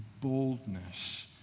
boldness